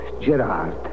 Gerard